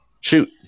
Shoot